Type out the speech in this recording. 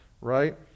Right